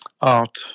art